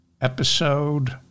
episode